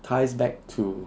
ties back to